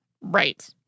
Right